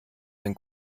ein